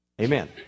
Amen